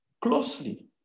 closely